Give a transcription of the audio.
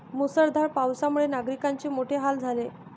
मुसळधार पावसामुळे नागरिकांचे मोठे हाल झाले